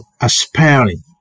aspiring